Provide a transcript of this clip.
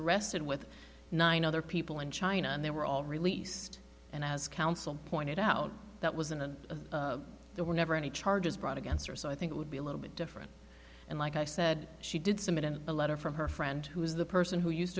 arrested with nine other people in china and they were all released and as counsel pointed out that was in and of there were never any charges brought against her so i think it would be a little bit different and like i said she did submit in a letter from her friend who is the person who used